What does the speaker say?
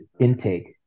intake